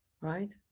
right